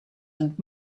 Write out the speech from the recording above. and